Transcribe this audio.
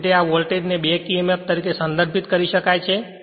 તેથી તે આ વોલ્ટેજને બેક emf તરીકે સંદર્ભિત કરી શકાય છે